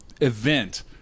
event